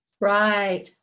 Right